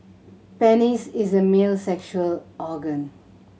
penis is a male's sexual organ